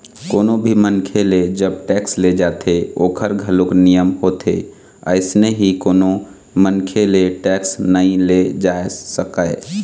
कोनो भी मनखे ले जब टेक्स ले जाथे ओखर घलोक नियम होथे अइसने ही कोनो मनखे ले टेक्स नइ ले जाय जा सकय